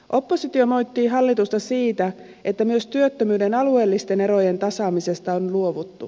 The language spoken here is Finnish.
oppositio moittii hallitusta siitä että myös työttömyyden alueellisten erojen tasaamisesta on luovuttu